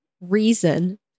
reason